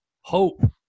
Hope